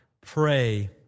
pray